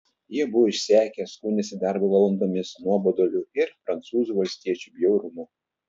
jie buvo išsekę skundėsi darbo valandomis nuoboduliu ir prancūzų valstiečių bjaurumu